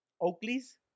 Oakley's